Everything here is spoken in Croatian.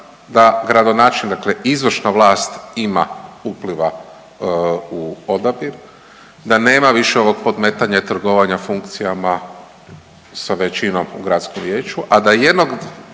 da gradonačelnik, dakle izvršna vlast ima upliva u odabir da nema više ovog podmetanja i trgovanja funkcijama sa većinom u gradskom vijeću, a da jedan